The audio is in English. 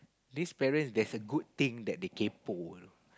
these parents there's a good thing that they kaypoh